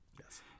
Yes